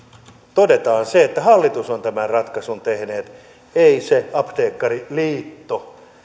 todetaan että hallitus on tämän ratkaisun tehnyt ei se apteekkariliitto